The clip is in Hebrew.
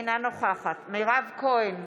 אינה נוכחת מירב כהן,